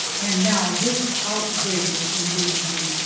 and now this outrageous indignity!